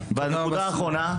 כדי שלא יגיעו לעולמות האלה.